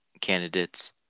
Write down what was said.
candidates